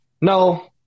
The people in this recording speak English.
no